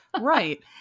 Right